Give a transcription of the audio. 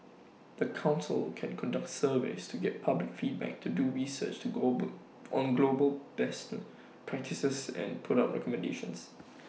the Council can conduct surveys to get public feedback to do research to global on global best practices and put up recommendations